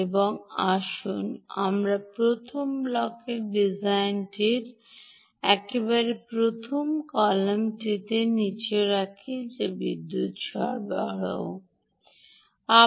এবং আসুন আমরা প্রথম ব্লকের ডিজাইনটিBlock's Design একেবারে প্রথম কালোটিকে নীচে রাখি যা বিদ্যুৎ সরবরাহ করবে